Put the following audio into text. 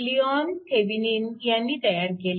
Lyon Thevenin यांनी तयार केले